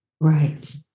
right